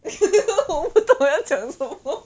我不懂要讲什么